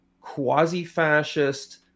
quasi-fascist